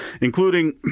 including